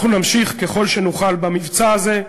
אנחנו נמשיך ככל שנוכל במבצע הזה,